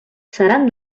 seran